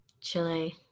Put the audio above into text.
Chile